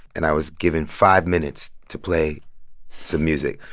and i was given five minutes to play some music.